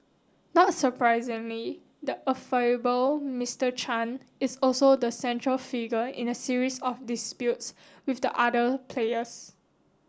not surprisingly the affable Mister Chan is also the central figure in a series of disputes with the other players